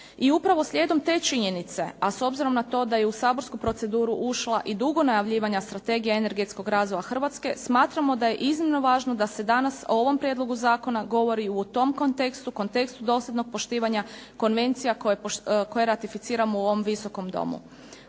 i upravo slijedom te činjenice a s obzirom na to da je u saborsku proceduru ušla u dugo najavljivana Strategija energetskog razvoja Hrvatske smatramo da je iznimno važno da se danas o ovom prijedlogu zakona govori u tom kontekstu, kontekstu dosljednog poštivanja konvencija koje ratificiramo u ovom Visokom domu.